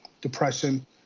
depression